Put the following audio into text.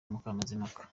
mukamazimpaka